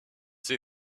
see